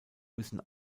müssen